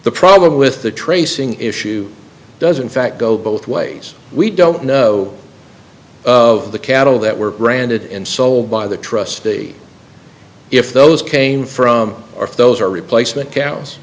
the problem with the tracing issue doesn't fact go both ways we don't know of the cattle that were branded and sold by the trustee if those came from or if those are replacement cows